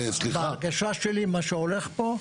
בהרגשה שלי מה שהולך פה,